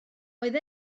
oedd